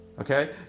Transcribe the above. Okay